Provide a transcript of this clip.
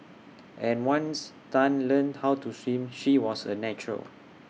and once Tan learnt how to swim she was A natural